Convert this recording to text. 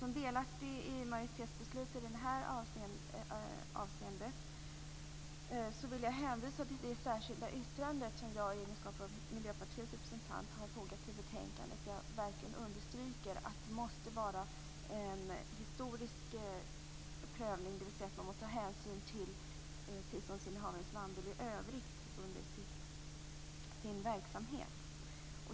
Som delaktig i majoritetsbeslutet i det här avseendet vill jag hänvisa till det särskilda yttrande som jag i egenskap som Miljöpartiets representant har fogat till betänkandet och där jag verkligen understryker att det måste vara en historisk prövning, dvs. att man måste ta hänsyn till tillståndsinnehavarens vandel i övrigt i sin verksamhet.